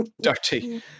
Dirty